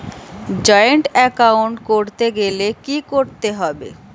Joint account করতে গেলে কি করতে হবে?